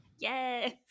Yes